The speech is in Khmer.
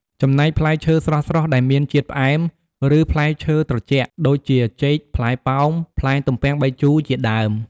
ចំណែក ផ្លែឈើស្រស់ៗ ដែលមានជាតិផ្អែម ឬផ្លែឈើត្រជាក់ ដូចជា ចេក ផ្លែប៉ោម ផ្លែទំពាំងបាយជូរ ជាដើម។